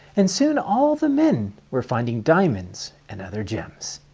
and soon all the men were finding diamonds and other gems.